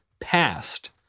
past